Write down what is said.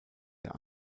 der